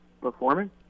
performing